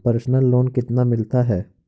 Personal loan कितना मिलता है?